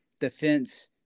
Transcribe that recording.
defense